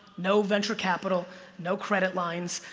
no venture capital no credit lines.